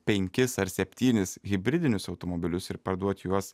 penkis ar septynis hibridinius automobilius ir parduoti juos